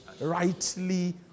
rightly